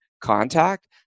contact